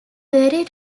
very